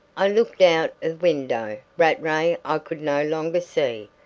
i looked out of window. rattray i could no longer see.